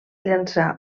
llançar